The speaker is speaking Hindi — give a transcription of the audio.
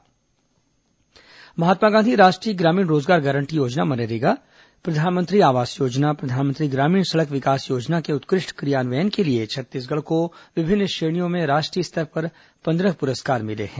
राष्ट्रीय पुरस्कार महात्मा गांधी राष्ट्रीय ग्रामीण रोजगार गारंटी योजना मनरेगा प्रधानमंत्री आवास योजना और प्रधानमंत्री ग्रामीण सड़क विकास योजना के उत्कृष्ट क्रियान्वयन के लिए छत्तीसगढ़ को विभिन्न श्रेणियों में राष्ट्रीय स्तर पर पंद्रह पुरस्कार मिले हैं